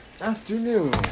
afternoon